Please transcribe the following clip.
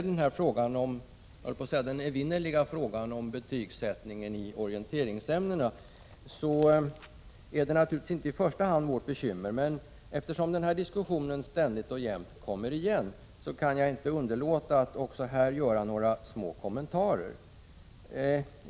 Den evinnerliga frågan om betygsättningen i orienteringsämnena är naturligtvis inte i första hand vårt bekymmer, men eftersom den diskussionen ständigt och jämt återkommer kan jag inte underlåta att också här göra några små kommentarer.